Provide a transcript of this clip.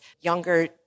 younger